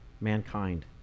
mankind